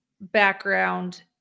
background